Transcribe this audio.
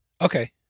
Okay